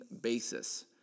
basis